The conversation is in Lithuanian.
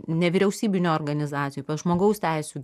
nevyriausybinių organizacijų žmogaus teisių